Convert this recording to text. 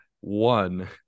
one